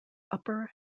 upper